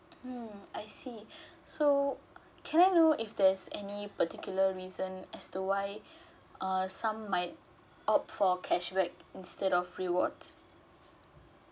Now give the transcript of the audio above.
mm I see so can I know if there is any particular reason as to why like err some might opt for cashback instead of rewards